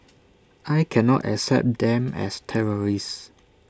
I cannot accept them as terrorists